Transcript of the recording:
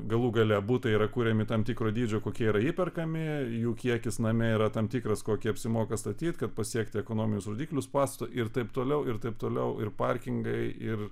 galų gale butai yra kuriami tam tikro dydžio kokie yra įperkami jų kiekis name yra tam tikras kokį apsimoka statyt kad pasiekt ekonominius rodiklius pastato ir taip toliau ir taip toliau ir parkingai ir